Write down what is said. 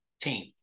team